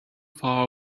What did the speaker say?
far